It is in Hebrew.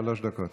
שלוש דקות.